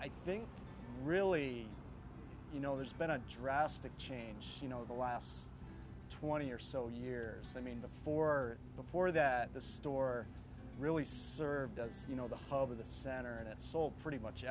i think really you know there's been a drastic change you know the last twenty or so years i mean the four before that the store really served as you know the home of the center and it sold pretty much